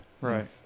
Right